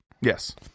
Yes